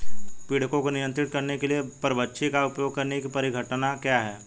पीड़कों को नियंत्रित करने के लिए परभक्षी का उपयोग करने की परिघटना क्या है?